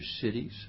cities